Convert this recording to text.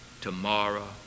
tomorrow